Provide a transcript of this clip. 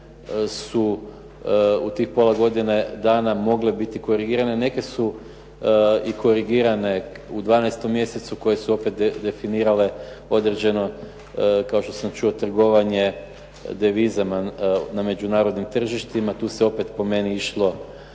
su u tih pola godine dana mogle biti korigirane. Neke su i korigirane u 12. mjesecu koje su opet definirale određeno, kao što sam čuo, trgovanje devizama na međunarodnim tržištima. Tu se opet po meni išlo